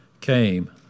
came